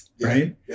right